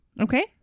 Okay